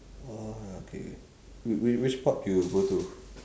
oh uh K K whi~ whi~ which pub you go to